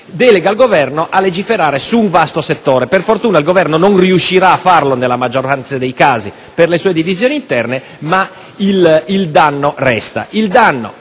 delega il Governo a legiferare su un vasto settore. Per fortuna, il Governo non riuscirà a farlo nella maggioranza dei casi per le sue divisioni interne, ma il danno resta,